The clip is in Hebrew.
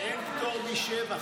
אין פטור משבח.